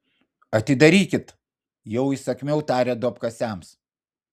atidarykit jau įsakmiau tarė duobkasiams